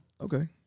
Okay